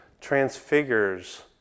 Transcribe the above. transfigures